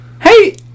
Hey